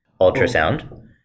ultrasound